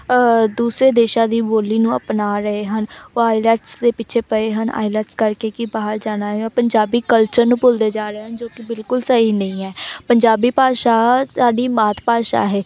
ਦੂਸਰੇ ਦੇਸ਼ਾਂ ਦੀ ਬੋਲੀ ਨੂੰ ਅਪਣਾ ਰਹੇ ਹਨ ਉਹ ਆਇਲੈਟਸ ਦੇ ਪਿੱਛੇ ਪਏ ਹਨ ਆਈਲੈਟਸ ਕਰਕੇ ਕਿ ਬਾਹਰ ਜਾਣਾ ਹੈ ਉਹ ਪੰਜਾਬੀ ਕਲਚਰ ਨੂੰ ਭੁੱਲਦੇ ਜਾ ਰਹੇ ਹਨ ਜੋ ਕਿ ਬਿਲਕੁਲ ਸਹੀ ਨਹੀਂ ਹੈ ਪੰਜਾਬੀ ਭਾਸ਼ਾ ਸਾਡੀ ਮਾਤ ਭਾਸ਼ਾ ਹੈ